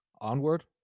onward